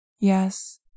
Yes